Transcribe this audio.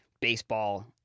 baseball